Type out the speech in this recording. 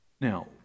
Now